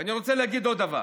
ואני רוצה להגיד עוד דבר.